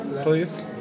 please